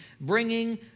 bringing